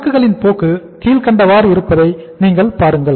சரக்குகளின் போக்கு கீழ்கண்டவாறு இருப்பதை நீங்கள் பாருங்கள்